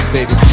Baby